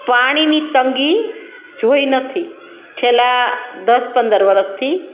પાણીની તંગી જોઈ નથી છેલ્લાં દસ પંદર વરસથી